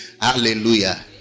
hallelujah